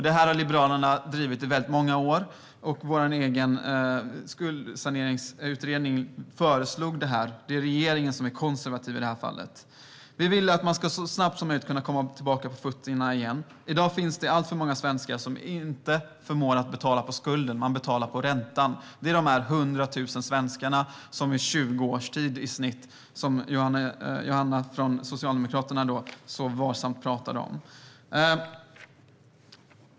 Detta har Liberalerna drivit i många år; vår egen skuldsaneringsutredning föreslog detta. Det är regeringen som är konservativ i det här fallet. Vi vill att man så snabbt som möjligt ska kunna komma på fötter igen. I dag finns det alltför många svenskar som inte förmår betala på skulden utan betalar på räntan. Det handlar om de 100 000 svenskar med i snitt 20 års skulder, som Johanna från Socialdemokraterna så varsamt talade om.